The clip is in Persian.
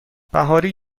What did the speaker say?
بهاری